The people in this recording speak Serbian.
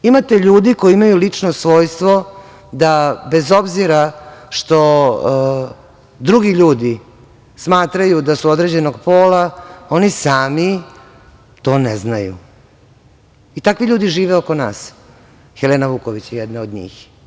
Imate ljude koji imaju lično svojstvo da bez obzira što drugi ljudi smatraju da su određenog pola oni sami to ne znaju i takvi ljudi žive oko nas, Helena Vuković je jedna od njih.